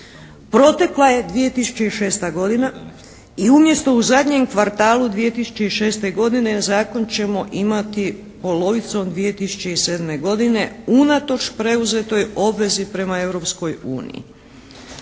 Protekla je 2006. godina i umjesto u zadnjem kvartalu 2006. godine zakon ćemo imati polovicom 2007. godine unatoč preuzetoj obvezi prema